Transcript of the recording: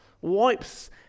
wipes